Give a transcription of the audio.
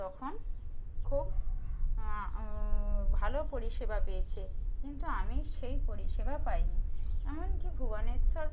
তখন খুব ভালো পরিষেবা পেয়েছে কিন্তু আমি সেই পরিষেবা পাইনি এমনকি ভুবনেশ্বর